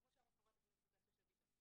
כמו שאמרה חברת הכנסת יפעת שאשא ביטון,